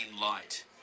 light